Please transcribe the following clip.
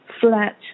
flat